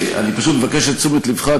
אני פשוט מבקש את תשומת לבך,